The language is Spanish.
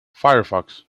firefox